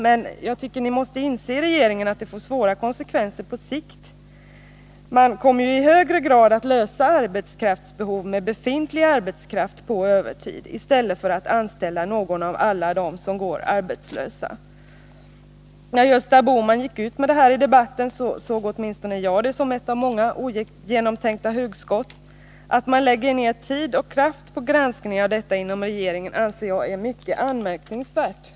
Men jag tycker att ni i regeringen måste inse att den får svåra konsekvenser på sikt. Man kommer i högre grad att tillgodose arbetskraftsbehov med befintlig arbetskraft på övertid i stället för att anställa någon av alla dem som går arbetslösa. När Gösta Bohman gick ut med detta förslag i debatten såg åtminstone jag det som ett av många ogenomtänkta hugskott. Att man lägger ned tid och kraft på granskning av detta inom regeringen anser jag vara mycket anmärkningsvärt.